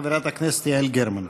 חברת הכנסת יעל גרמן.